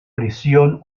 prisión